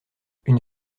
une